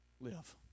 live